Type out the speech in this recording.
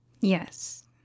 yes